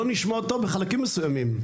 לא נשמעות טוב בחלקים מסוימים.